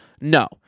No